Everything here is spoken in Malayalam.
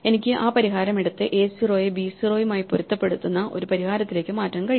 എനിക്ക് ആ പരിഹാരം എടുത്ത് എ 0 യെ ബി 0 മായി പൊരുത്തപ്പെടുന്ന ഒരു പരിഹാരത്തിലേക്ക് മാറ്റാൻ കഴിയും